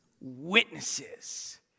Witnesses